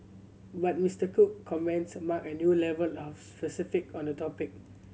but Mister Cook comments marked a new level of specific on the topic